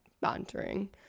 bantering